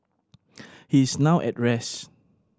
he is now at rest